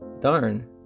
darn